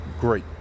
great